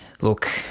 look